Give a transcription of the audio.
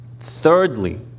Thirdly